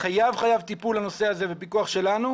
הנושא הזה חייב טיפול ופיקוח שלנו,